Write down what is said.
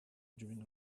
during